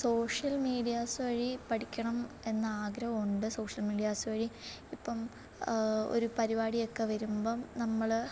social medias വഴി പഠിക്കണം എന്ന് ആഗ്രഹം ഉണ്ട് സോഷ്യൽ മീഡിയാസ് വഴി ഇപ്പം ഒരു പരിപാടി ഒക്കെ വരുമ്പം നമ്മൾ